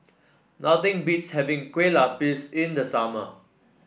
nothing beats having Kueh Lupis in the summer